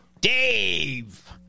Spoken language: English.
Dave